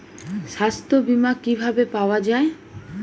সাস্থ্য বিমা কি ভাবে পাওয়া যায়?